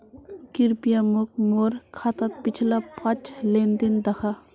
कृप्या मोक मोर खातात पिछला पाँच लेन देन दखा